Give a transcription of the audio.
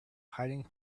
hiding